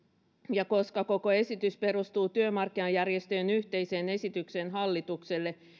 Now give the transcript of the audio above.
ja koska koko esitys perustuu työmarkkinajärjestöjen yhteiseen esitykseen hallitukselle